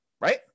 right